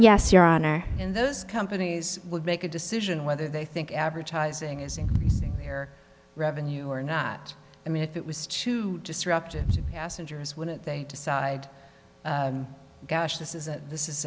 yes your honor in those companies would make a decision whether they think advertising is in their revenue or not i mean if it was too disruptive to passengers wouldn't they decide gosh this is it this is